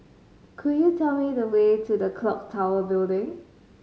could you tell me the way to Clock Tower Building